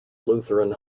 lutheran